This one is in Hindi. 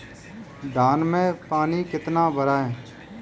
धान में पानी कितना भरें?